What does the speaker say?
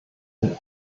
ein